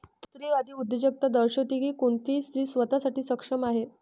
स्त्रीवादी उद्योजकता दर्शविते की कोणतीही स्त्री स्वतः साठी सक्षम आहे